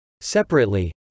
Separately